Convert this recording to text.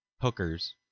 hookers